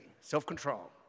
self-control